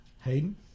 Hayden